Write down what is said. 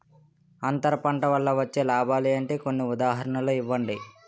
అంతర పంట వల్ల వచ్చే లాభాలు ఏంటి? కొన్ని ఉదాహరణలు ఇవ్వండి?